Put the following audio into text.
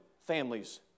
families